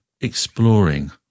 exploring